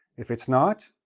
if it's not,